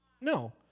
No